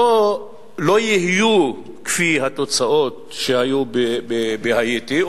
לא יהיו כמו התוצאות שהיו בהאיטי.